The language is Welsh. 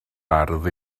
ardd